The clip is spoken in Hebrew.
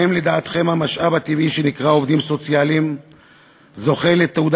האם לדעתכם המשאב הטבעי שנקרא עובדים סוציאליים זוכה לתהודה